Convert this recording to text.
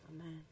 Amen